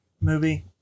movie